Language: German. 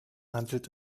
handelt